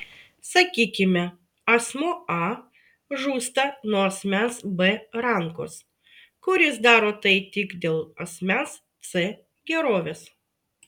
sakykime asmuo a žūsta nuo asmens b rankos kuris daro tai tik dėl asmens c gerovės